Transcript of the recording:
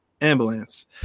ambulance